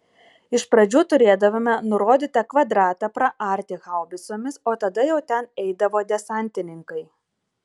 iš pradžių turėdavome nurodytą kvadratą praarti haubicomis o tada jau ten eidavo desantininkai